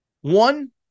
one